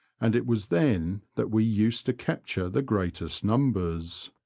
and it was then that we used to capture the greatest numbers.